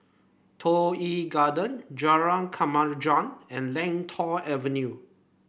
Toh Yi Garden Jalan Kemajuan and Lentor Avenue